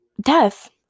death